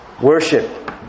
Worship